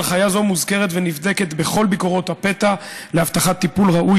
הנחיה זו מוזכרת ונבדקת בכל ביקורות הפתע להבטחת טיפול ראוי,